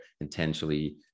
intentionally